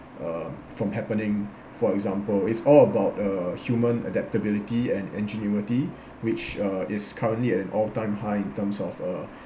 uh from happening for example is all about uh human adaptability and ingenuity which uh is currently at an all time high in terms of uh